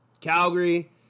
Calgary